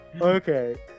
okay